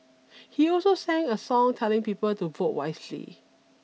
he also sang a song telling people to vote wisely